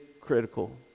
critical